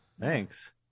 Thanks